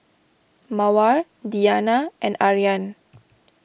Mawar Diyana and Aryan